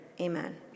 amen